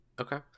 Okay